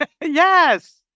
Yes